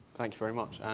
thank you very much.